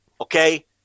Okay